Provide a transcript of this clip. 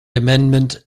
amendment